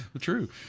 True